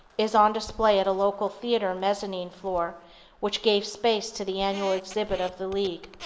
is on display at a local theater mezzanine floor which gave space to the annual exhibit of the league.